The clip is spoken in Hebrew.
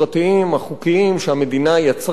שהמדינה יצרה לאורך השנים,